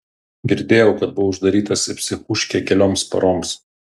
girdėjau kad buvo uždarytas į psichūškę kelioms paroms